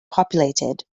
populated